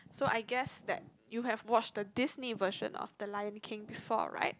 so I guess that you have watched the Disney version of the Lion-King before right